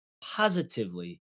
positively